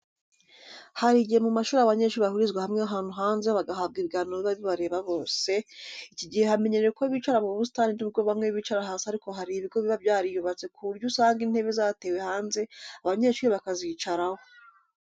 Hari igihe mu mashuri abanyeshuri bahurizwa hamwe ahantu hanze bagahabwa ibiganiro biba bibareba bose, iki gihe hamenyerewe ko bicara mu busitani n'ubwo bamwe bicara hasi ariko hari ibigo biba byariyubatse ku buryo usanga intebe zatewe hanze abanyeshuri bakazicaraho.